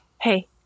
Hey